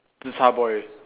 zi char boy